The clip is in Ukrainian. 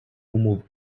умов